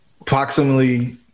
approximately